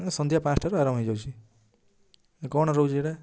ସନ୍ଧ୍ୟା ପାଞ୍ଚଟା ରୁ ଆରମ୍ଭ ହେଇଯାଉଛି କ'ଣ ରହୁଛି ସେଟା